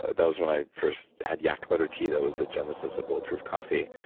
that was when i first had yak butter tea that was the genesis of bulletproof coffee.